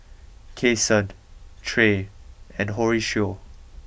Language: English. Kason Tre and Horacio